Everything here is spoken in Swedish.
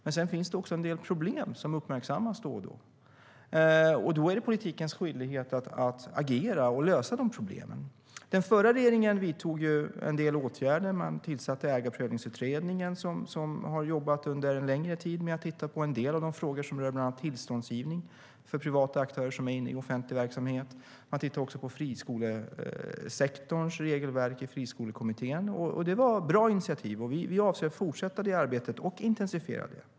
Men sedan finns det också ett antal problem som uppmärksammas då och då. Då är det politikens skyldighet att agera och lösa dessa problem. Den förra regeringen vidtog en del åtgärder. Man tillsatte Ägarprövningsutredningen som har jobbat under längre tid med att titta på en del av de frågor som rör bland annat tillståndsgivning för privata aktörer som driver en offentlig verksamhet. Friskolekommittén tittar också på friskolesektorns regelverk. Det var bra initiativ, och vi avser att fortsätta det arbetet och intensifiera det.